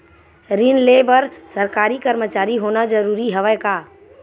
ऋण ले बर सरकारी कर्मचारी होना जरूरी हवय का?